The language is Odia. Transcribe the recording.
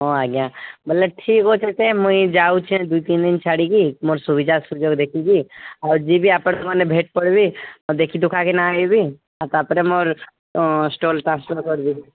ହଁ ଆଜ୍ଞା ବୋଲେ ଠିକ୍ ଅଛି ସେ ମୁଇଁ ଯାଉଁଛେ ଦୁଇ ତିନି ଛାଡ଼ିକି ମୋର ସୁବିଧା ସୁଯୋଗ ଦେଖିକି ଆର ଯିବି ଆପଣ ମାନେ ଭେଟ୍ କରିବି ଦେଖି ଦୁଖା କିନା ଆଇବି ତା'ପରେ ମୋର ଷ୍ଟଲ୍ ଟ୍ରାନ୍ସଫର୍ କରିଦେବି